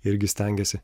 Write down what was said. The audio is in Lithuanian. irgi stengiasi